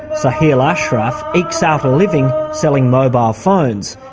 sohail ashraf ekes out a living selling mobile phones.